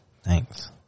Thanks